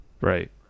Right